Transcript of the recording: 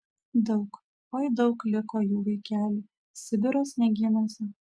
daug oi daug liko jų vaikeli sibiro sniegynuose